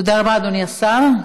תודה רבה, אדוני השר.